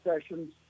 sessions